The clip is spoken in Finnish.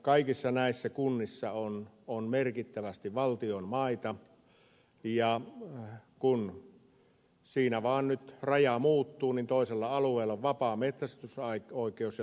kaikissa näissä kunnissa on merkittävästi valtion maita ja kun siinä vaan nyt raja muuttuu niin toisella alueella on vapaa metsästysoikeus ja toisella ei